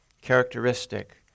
characteristic